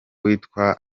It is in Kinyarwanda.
witwa